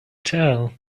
tell